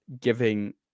giving